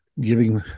giving